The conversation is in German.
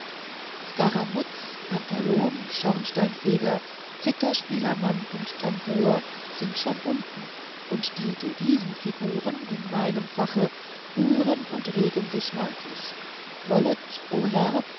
skaramuz pantalon schornsteinfeger zitherspielmann und tambour sind schon unten und die devisenfiguren in meinem fache rühren und regen sich merklich wollet o herr